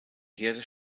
herde